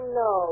no